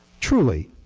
truly.